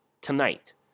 tonight